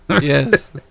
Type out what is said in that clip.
yes